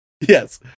Yes